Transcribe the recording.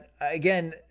Again